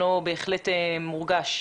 חיים גבע, כיצד ומתי כיוון שבאמת חסרונו מורגש.